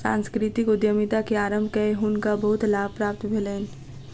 सांस्कृतिक उद्यमिता के आरम्भ कय हुनका बहुत लाभ प्राप्त भेलैन